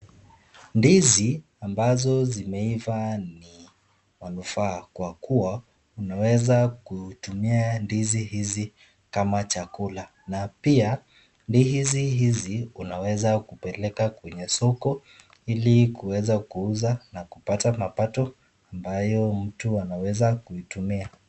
Ndizi ambazo zimeiva ni manufaa kwa kuwa unaweza kutumia ndizi hizi kama chakula na pia ndizi hizi unaweza kupeleka kwenye soko ili kuweza kuuza na kupata mapato ambayo mtu anaweza kuitumia.